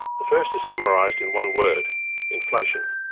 the first is summarised in one word inflation.